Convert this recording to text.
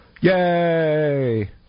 Yay